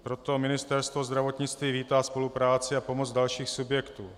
Proto Ministerstvo zdravotnictví vítá spolupráci a pomoc dalších subjektů.